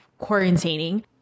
quarantining